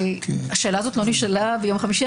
השאלה הזאת לא נשאלה ביום חמישי.